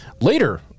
later